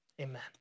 Amen